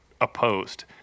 opposed